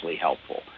helpful